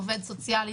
עובד סוציאלי,